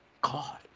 God